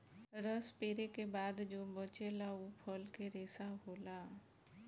रस पेरे के बाद जो बचेला उ फल के रेशा होला